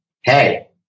hey